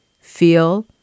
feel